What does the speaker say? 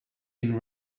been